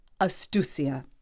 Astucia